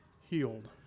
healed